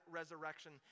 resurrection